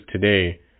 today